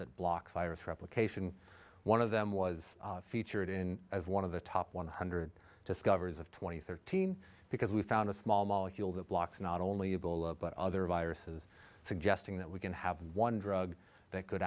that block cyrus replication one of them was featured in one of the top one hundred discoveries of twenty thirteen because we found a small molecule that blocks not only a bullet but other viruses suggesting that we can have one drug that could